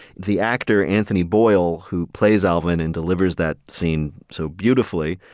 the actor anthony boyle, who plays alvin and delivers that scene so beautifully,